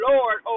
Lord